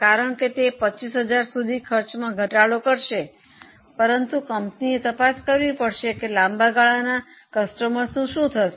કારણ કે તે 25000 સુધી ખર્ચમાં ઘટાડો કરશે પરંતુ કંપનીએ તપાસ કરવી પડશે કે લાંબા ગાળાના ગ્રાહકોનું શું થશે